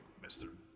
Mr